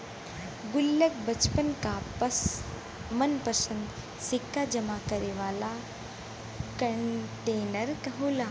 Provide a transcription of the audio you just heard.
गुल्लक बच्चन क मनपंसद सिक्का जमा करे वाला कंटेनर होला